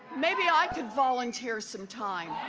maybe i can volunteer some time.